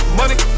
money